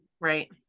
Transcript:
Right